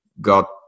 got